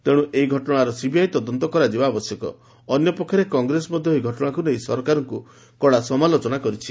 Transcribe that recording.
ତେଶ୍ର ଏହି ଘଟଣାର ସିବିଆଇ ତଦନ୍ତ କରାଯିବା ଆବଶ୍ୟକ ଅନ୍ୟ ପକ୍ଷରେ କଂଗ୍ରେସ ମଧ୍ୟ ଏହି ଘଟଶାକୁ ନେଇ ସରକାରଙ୍କୁ କଡ଼ା ସମାଲୋଚନା କରିଛି